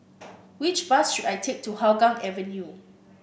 which bus should I take to Hougang Avenue